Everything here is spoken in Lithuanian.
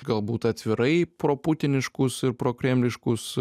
galbūt atvirai proputiniškus ir prokremliškus